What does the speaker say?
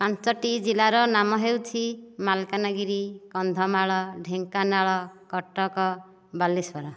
ପାଞ୍ଚଟି ଜିଲ୍ଲାର ନାମ ହେଉଛି ମାଲକାନଗିରି କନ୍ଧମାଳ ଢେଙ୍କାନାଳ କଟକ ବାଲେଶ୍ଵର